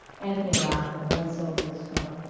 anthony laughed in a one-syllabled snort.